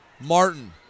Martin